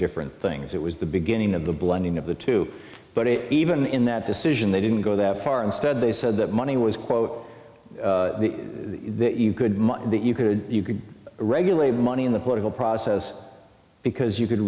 different things it was the beginning of the blending of the two but even in that decision they didn't go that far instead they said that money was quote you could money that you could you could regulate money in the political process because you could